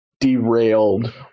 derailed